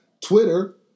Twitter